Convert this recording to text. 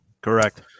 Correct